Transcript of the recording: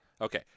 Okay